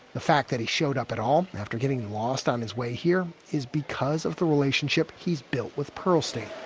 the fact that he showed up at all after getting lost on his way here is because of the relationship he's built with pearlstein.